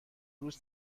روز